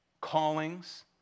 callings